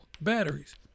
batteries